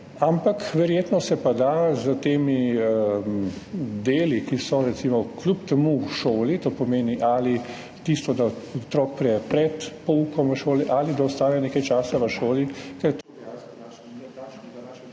je, verjetno se pa da s temi deli, ki so recimo kljub temu v šoli, to pomeni, ali tisto, da otrok pride pred poukom v šolo ali da ostane nekaj časa v šoli